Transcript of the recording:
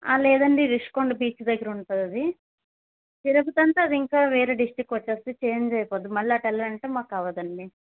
లేదండీ రిషికొండ బీచ్ దగ్గర ఉంటుంది తిరపతి అంటే అదింకో వేరే డిస్ట్రిక్ వచ్చేస్తుంది చేంజ్ అయిపోతుంది మళ్ళీ అటు వెళ్ళాలంటే మాకు అవ్వదండి